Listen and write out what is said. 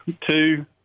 two